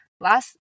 Last